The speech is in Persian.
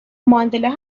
ماندلا